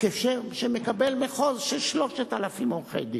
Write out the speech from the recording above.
כשם שמקבל מחוז של 3,000 עורכי-דין.